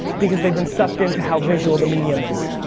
because they've been sucked into how visual the medium is.